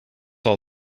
all